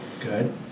good